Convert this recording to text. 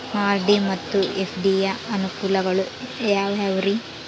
RD ಮತ್ತು FD ಯ ಅನುಕೂಲಗಳು ಯಾವ್ಯಾವುರಿ?